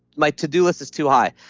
my to-do list is too high.